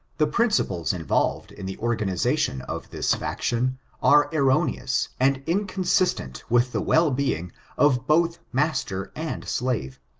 the principles involved in the organization of this faction are erroneous, and inconsistent with the well being of both master and slave.